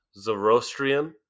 Zoroastrian